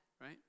right